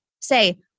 say